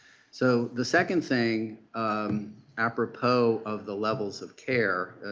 so the second thing um apropos of the levels of care